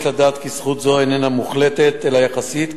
יש לדעת כי זכות זו איננה מוחלטת אלא יחסית,